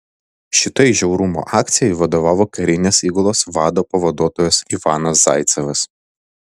šitai žiaurumo akcijai vadovavo karinės įgulos vado pavaduotojas ivanas zaicevas